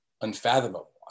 unfathomable